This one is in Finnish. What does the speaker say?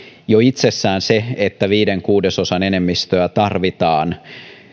jo itsessään se että viiden kuudesosan enemmistö tarvitaan